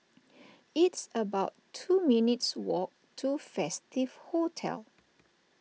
it's about two minutes' walk to Festive Hotel